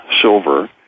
silver